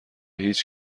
هیچ